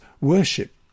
worship